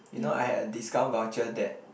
you know I had a discount voucher that